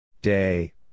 Day